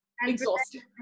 exhausted